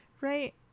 Right